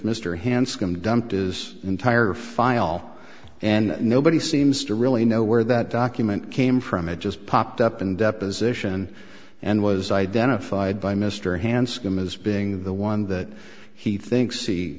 mr hanscom dumped is entire file and nobody seems to really know where that document came from it just popped up in deposition and was identified by mr hanscom as being the one that he thinks